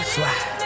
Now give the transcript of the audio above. Fly